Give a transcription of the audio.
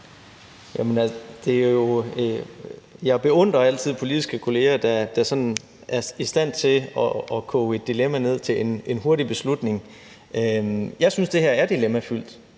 Jeg beundrer altid politiske kolleger, der sådan er i stand til at koge et dilemma ned til en hurtig beslutning. Jeg synes, det her er dilemmafyldt.